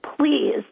please